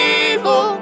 evil